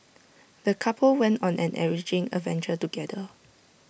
the couple went on an enriching adventure together